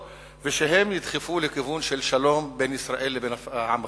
והם ידחפו לכיוון של שלום בין ישראל לבין העם הפלסטיני.